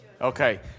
Okay